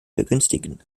begünstigen